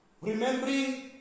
Remembering